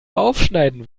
aufschneiden